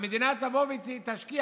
המדינה תבוא ותשקיע,